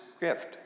gift